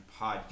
podcast